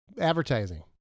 Advertising